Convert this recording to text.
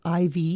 IV